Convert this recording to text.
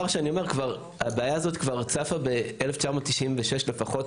זה כלי שנתון לשב"ס בהתאם לאמנות ובכל מה